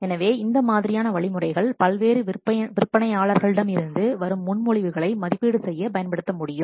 எனவே இந்த மாதிரியான வழிமுறைகள் பல்வேறு விற்பனையாளர்களிடம் இருந்து வரும் முன்மொழிவுகளை மதிப்பீடு செய்ய பயன்படுத்த முடியும்